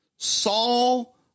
Saul